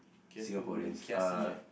kiasu and kiasi ah